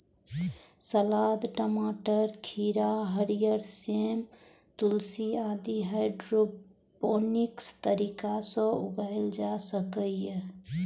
सलाद, टमाटर, खीरा, हरियर सेम, तुलसी आदि हाइड्रोपोनिक्स तरीका सं उगाएल जा सकैए